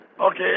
Okay